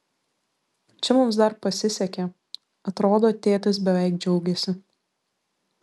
čia mums dar pasisekė atrodo tėtis beveik džiaugėsi